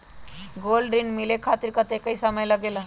Gold ऋण मिले खातीर कतेइक समय लगेला?